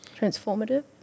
Transformative